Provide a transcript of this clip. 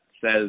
says